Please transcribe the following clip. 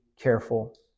careful